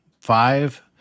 five